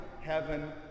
heaven